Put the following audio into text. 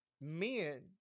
men